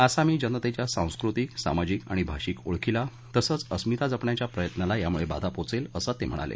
आसामी जनतेच्या सांस्कृतिक सामाजिक आणि भाषिक ओळखीला तसंच अस्मिता जपण्याच्या प्रयत्नाला यामुळं बाधा पोचेल असं ते म्हणाले